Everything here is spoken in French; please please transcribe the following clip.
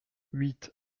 huit